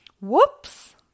Whoops